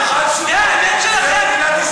זו האמת שלכם?